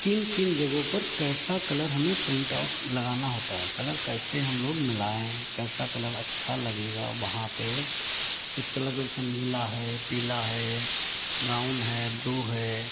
किन किन जगहों पर कैसा कलर हमें प्रिन्टआउट लगाना होता है कलर कैसे हम लोग मिलाएँ कैसा कलर अच्छा लगेगा वहाँ पे इस कलर का जैसे नीला है पीला है ब्राउन है ब्लू है